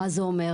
מה זה אומר?